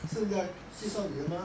现在介绍你的吗